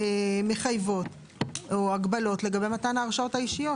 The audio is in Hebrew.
מחייבות או הגבלות לגבי מתן ההרשאות האישיות.